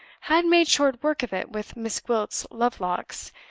had made short work of it with miss gwilt's love-locks,